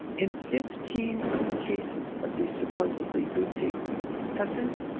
in fifteen of the cases of these supposedly boutique pet